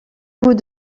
coup